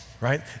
right